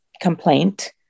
complaint